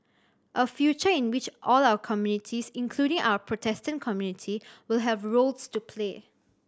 a future in which all our communities including our Protestant community will have roles to play